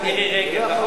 מירי רגב,